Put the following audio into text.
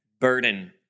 burden